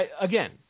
again